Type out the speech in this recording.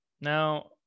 Now